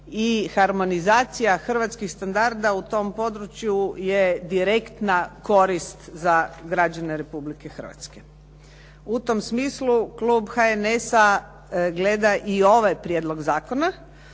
i harmonizacija hrvatskih standarda u tom području je direktna korist za građane Republike Hrvatske. U tom smislu, klub HNS-a gleda i ovaj prijedlog zakona